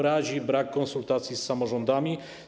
Razi brak konsultacji z samorządami.